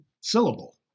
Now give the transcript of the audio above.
syllable